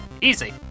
Easy